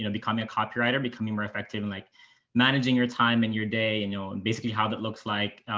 you know becoming a copywriter, becoming more effective and like managing your time and your day, and you'll basically how that looks like.